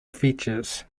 features